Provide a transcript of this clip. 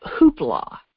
hoopla